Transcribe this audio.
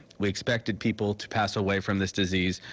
we expected people to pass away from this disease.